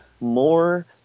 more